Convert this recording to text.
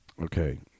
Okay